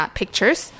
pictures